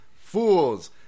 Fools